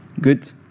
Good